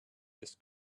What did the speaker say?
this